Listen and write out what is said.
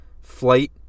flight